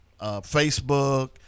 Facebook